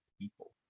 people